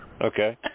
Okay